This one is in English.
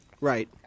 Right